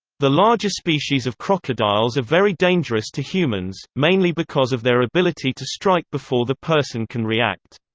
the larger species of crocodiles are very dangerous to humans, mainly because of their ability to strike before the person can react.